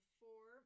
four